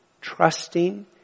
trusting